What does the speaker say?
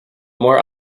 more